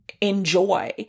enjoy